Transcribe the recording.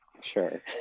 sure